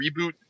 reboot